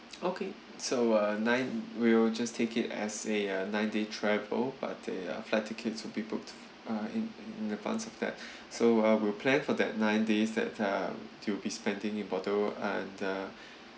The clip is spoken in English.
okay so uh nine we'll just take it as a nine day travel but the flight tickets will be booked uh in in advance of that so uh we'll plan for that nine days that um to be spending in bordeaux and the